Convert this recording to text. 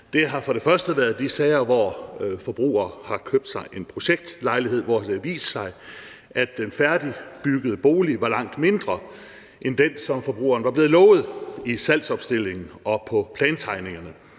Det har for det første været de sager, hvor forbrugere har købt sig en projektlejlighed, og hvor det har vist sig, at den færdigbyggede bolig var langt mindre end den, som forbrugeren var blevet lovet i salgsopstillingen og på plantegningerne;